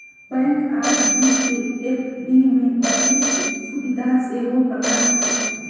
bank RD के FD में बदले के सुभीधा सेहो प्रदान करइ छइ